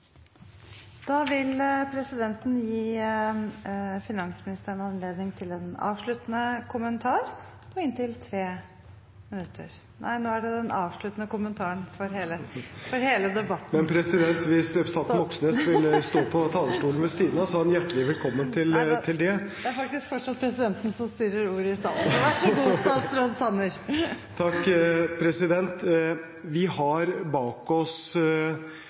Da vil presidenten gi finansministeren anledning til en avsluttende kommentar på inntil 3 minutter. Nå kommer den avsluttende kommentaren for hele debatten. Men, president, hvis representanten Moxnes vil stå på talerstolen ved siden av, er han hjertelig velkommen til det! Det er faktisk fortsatt presidenten som styrer ordet i salen! Vær så god, statsråd Sanner. Takk, president! Vi har bak oss